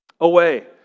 away